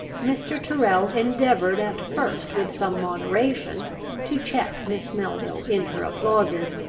mr. tyrrel endeavoured at first with some moderation to check miss melville in her applauses,